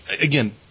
again